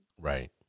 Right